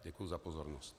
Děkuji za pozornost.